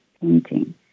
painting